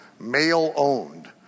male-owned